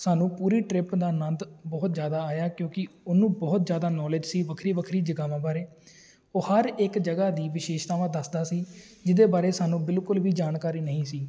ਸਾਨੂੰ ਪੂਰੀ ਟਰਿਪ ਦਾ ਆਨੰਦ ਬਹੁਤ ਜ਼ਿਆਦਾ ਆਇਆ ਕਿਉਂਕਿ ਉਹਨੂੰ ਬਹੁਤ ਜ਼ਿਆਦਾ ਨੌਲੇਜ ਸੀ ਵੱਖਰੀ ਵੱਖਰੀ ਜਗ੍ਹਾਵਾਂ ਬਾਰੇ ਉਹ ਹਰ ਇੱਕ ਜਗ੍ਹਾ ਦੀ ਵਿਸ਼ੇਸ਼ਤਾਵਾਂ ਦੱਸਦਾ ਸੀ ਜਿਹਦੇ ਬਾਰੇ ਸਾਨੂੰ ਬਿਲਕੁਲ ਵੀ ਜਾਣਕਾਰੀ ਨਹੀਂ ਸੀ